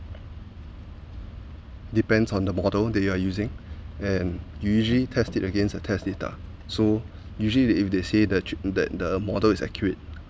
depends on the model that your'e using and you usually test it against the test data so usually they if they say the chip that the model is accurate